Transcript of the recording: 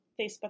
Facebook